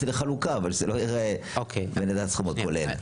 תעשה לי חלוקה אבל שזה לא יראה שזה הסכום הכולל,